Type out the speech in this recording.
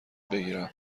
بگیرم